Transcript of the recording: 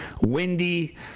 windy